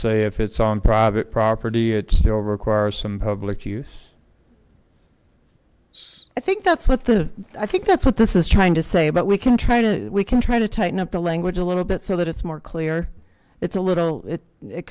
say if it's on private property it's still require some public use i think that's what the i think that's what this is trying to say but we can try to we can try to tighten up the language a little bit so that it's more clear it's a little it